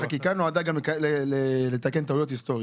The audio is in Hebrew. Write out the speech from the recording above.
חקיקה נועדה גם לתקן טעויות היסטוריות,